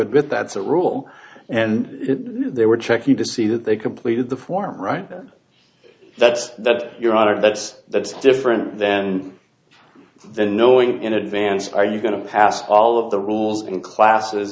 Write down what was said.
admit that's a rule and they were checking to see that they completed the form right then that's that your honor that's that's different than the knowing in advance are you going to pass all of the rules and classes